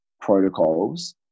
protocols